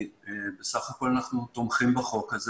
בסך הכול אנחנו תומכים בחוק הזה.